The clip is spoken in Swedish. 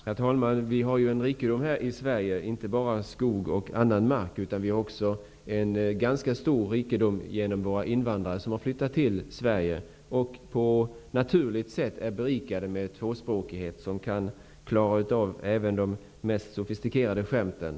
Herr talman! Vi har ju här i Sverige en rikedom inte bara i skog och andra naturresurser, utan också i de invandrare som har flyttat till Sverige. De är på ett naturligt sätt berikade med tvåspråkighet och kan klara även de mest sofistikerade skämten.